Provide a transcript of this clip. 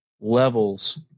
levels